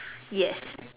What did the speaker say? yes